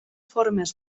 formes